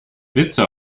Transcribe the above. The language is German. witze